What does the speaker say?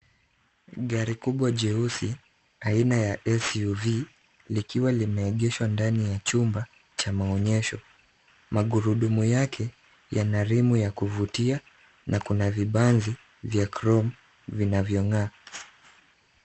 Gari kubwa jeusi aina ya SUV likiwa limeegeshwa ndani ya chumba cha maonyesho. Magurudumu yake yana rimu ya kuvutia na kuna vibanzi vya chrome vinavyong'aa.